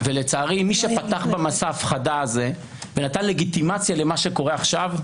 ולצערי מי שפתח במסע ההפחדה הזה ונתן לגיטימציה למה שקורה עכשיו,